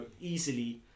easily